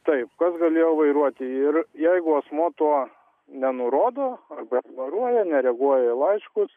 taip kas galėjo vairuoti ir jeigu asmuo to nenurodo deklaruoja nereaguoja į laiškus